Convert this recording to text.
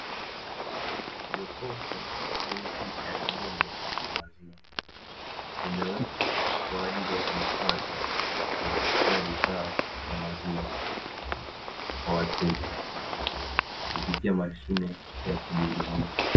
Jokofu lenye picha ya ng’ombe na maziwa, limewekwa kwa ajili ya kuhifadhi na kutoa bidhaa za maziwa, kwa wateja kupitia mashine ya kujihudumia.